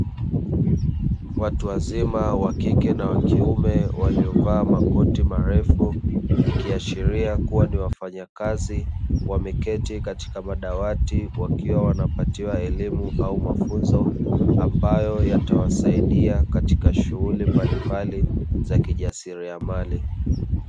Watu wazima wakike na wakiume waliovaa makoti marefu, ikiashiria kwamba ni wafanyakazi wameketi katika madawati wakiwa wanapatiwa elimu au mafunzo ambayo yatawasaidia katika shughuli mbalimbali za kijasiriamali.